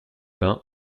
pain